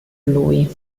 lui